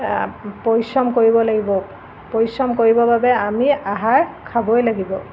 পৰিশ্ৰম কৰিব লাগিব পৰিশ্ৰম কৰিবৰ বাবে আমি আহাৰ খাবই লাগিব